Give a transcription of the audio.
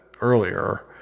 earlier